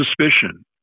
suspicion